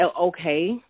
okay